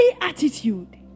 attitude